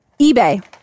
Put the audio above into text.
eBay